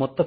மொத்த